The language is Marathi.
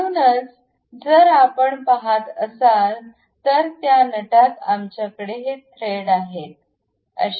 म्हणूनच जर आपण पहात असाल तर त्या नटात आमच्याकडे ते थ्रेड आहेत